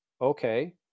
okay